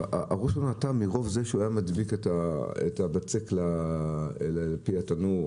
הראש שלו כבר נטה מרוב זה שהוא היה מדביק את הבצק לפי התנור.